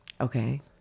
Okay